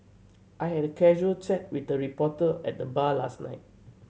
I had a casual chat with a reporter at the bar last night